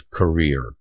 career